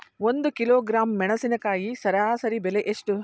ಒಂದು ಕಿಲೋಗ್ರಾಂ ಮೆಣಸಿನಕಾಯಿ ಸರಾಸರಿ ಬೆಲೆ ಎಷ್ಟು?